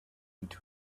into